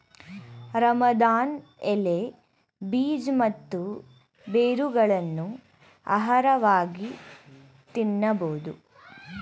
ರಾಮದಾನ್ ಎಲೆ, ಬೀಜ ಮತ್ತು ಬೇರುಗಳನ್ನು ಆಹಾರವಾಗಿ ತಿನ್ನಬೋದು